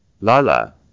Lala